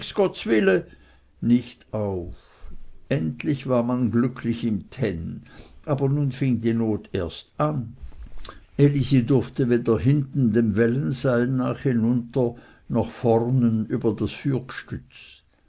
gottswille nicht auf endlich war man glücklich im tenn aber nun fing die not erst an elisi durfte weder hinten dem wellenseil nach hinunter noch vornen über das